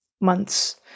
months